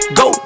go